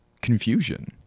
confusion